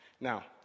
Now